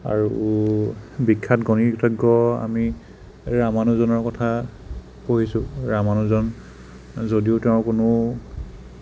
আৰু বিখ্য়াত গণিতজ্ঞ আমি ৰামানুজনৰ কথা পঢ়িছোঁ ৰামানুজন যদিও তেওঁৰ কোনো